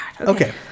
Okay